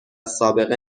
سابقه